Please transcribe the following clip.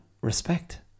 respect